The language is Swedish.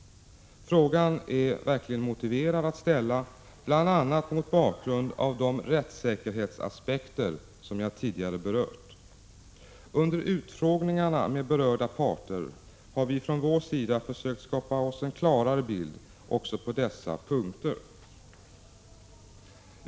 Frågan är verkligen motiverad att ställa bl.a. mot bakgrund av de rättssäkerhetsaspekter som jag tidigare berört. Under utfrågningarna med berörda parter har vi från vår sida försökt skapa oss en klarare bild också på dessa punkter.